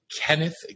Kenneth